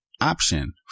option